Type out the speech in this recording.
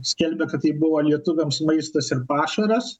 skelbia kad tai buvo lietuviams maistas ir pašaras